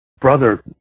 brother